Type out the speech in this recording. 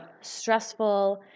stressful